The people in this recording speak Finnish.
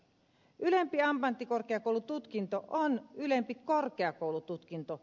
ylempi ammattikorkeakoulututkinto on ylempi korkeakoulututkinto